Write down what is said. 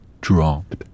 dropped